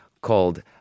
called